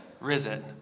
risen